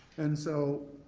and so